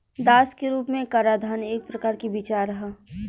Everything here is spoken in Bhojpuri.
दास के रूप में कराधान एक प्रकार के विचार ह